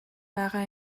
байгаа